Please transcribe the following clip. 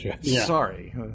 Sorry